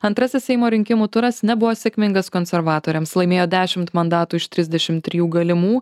antrasis seimo rinkimų turas nebuvo sėkmingas konservatoriams laimėjo dešimt mandatų iš trisdešimt trijų galimų